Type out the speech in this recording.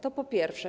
To po pierwsze.